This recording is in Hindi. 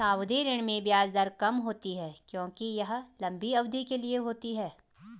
सावधि ऋण में ब्याज दर कम होती है क्योंकि यह लंबी अवधि के लिए होती है